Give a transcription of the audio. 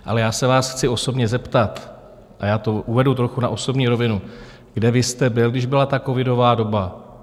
Ale já se vás chci osobně zeptat, a já to uvedu trochu na osobní rovinu: Kde vy jste byl, když byla ta covidová doba?